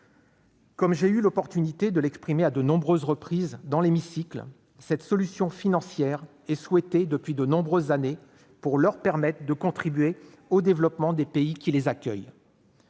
Comme j'ai eu l'opportunité de l'exprimer à de nombreuses reprises dans cet hémicycle, cette solution financière est souhaitée depuis de nombreuses années afin de permettre à ces entrepreneurs de contribuer au développement des pays qui les accueillent.